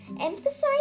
Emphasize